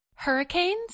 Hurricanes